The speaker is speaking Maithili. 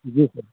जी सर